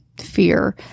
fear